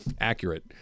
accurate